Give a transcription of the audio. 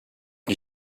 you